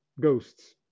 ghosts